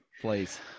please